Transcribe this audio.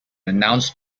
announced